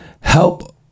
help